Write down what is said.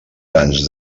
tants